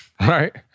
Right